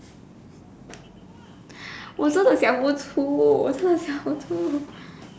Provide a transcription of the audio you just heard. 我真的想不出我真的想不出